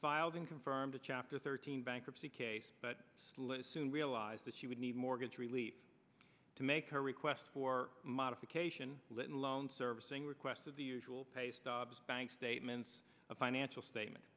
filed and confirmed a chapter thirteen bankruptcy case but still is soon realized that she would need mortgage relief to make her request for modification litton loan servicing request of the usual pay stubs bank statements a financial statement